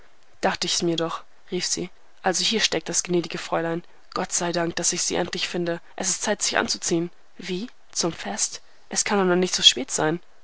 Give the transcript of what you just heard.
dachte ich mir's doch rief sie also hier steckt das gnädige fräulein gott sei dank daß ich sie endlich finde es ist zeit sich anzuziehen wie zum fest das kann doch nicht so spät sein